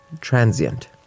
transient